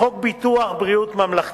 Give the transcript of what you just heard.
לחוק ביטוח בריאות ממלכתי.